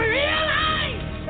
realize